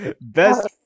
Best